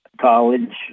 college